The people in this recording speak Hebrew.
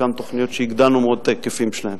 חלקן תוכניות שהגדלנו מאוד את ההיקפים שלהן: